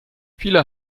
viele